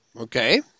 Okay